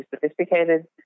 sophisticated